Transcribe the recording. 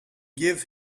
give